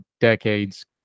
decades